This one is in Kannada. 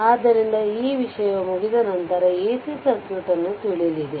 ಆದ್ದರಿಂದ ಈ ವಿಷಯವು ಮುಗಿದ ನಂತರ ac ಸರ್ಕ್ಯೂಟ್ ನ್ನು ತಿಳಿಯಲಿದೆ